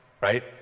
right